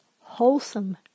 wholesome